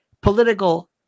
political